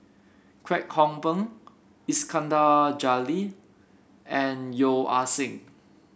Kwek Hong Png Iskandar Jalil and Yeo Ah Seng